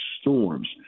storms